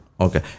Okay